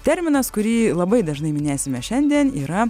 terminas kurį labai dažnai minėsime šiandien yra